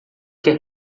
quer